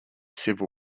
civil